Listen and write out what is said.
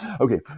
Okay